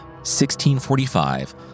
1645